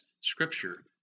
Scripture